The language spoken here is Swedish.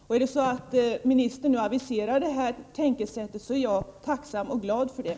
Tisdagen den När ministern nu aviserar ett nytt tänkesätt är jag tacksam och glad för det.